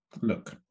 Look